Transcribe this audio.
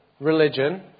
Religion